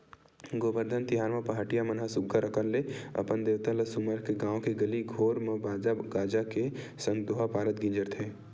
गोबरधन तिहार म पहाटिया मन ह सुग्घर अंकन ले अपन देवता ल सुमर के गाँव के गली घोर म बाजा गाजा के संग दोहा पारत गिंजरथे